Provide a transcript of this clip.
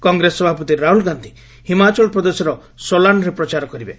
କଂଗ୍ରେସ ସଭାପତି ରାହୁଲ ଗାନ୍ଧି ହିମାଚଳ ପ୍ରଦେଶର ସୋଲାନ୍ରେ ପ୍ରଚାର କରିବେ